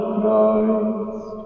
Christ